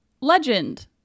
Legend